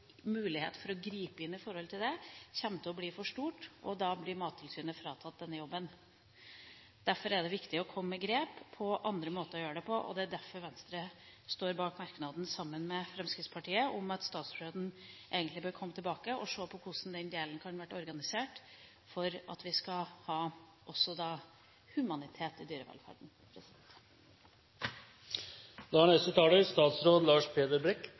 mulighet for å gripe inn, til å bli for stort, og da blir Mattilsynet fratatt denne jobben. Derfor er det viktig å se på andre måter å gjøre det på, og det er derfor Venstre står bak merknaden, sammen med Fremskrittspartiet, om at statsråden bør se på hvordan den delen kan organiseres for at vi også skal ha humanitet i dyrevelferden.